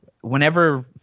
whenever